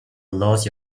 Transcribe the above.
lost